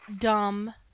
dumb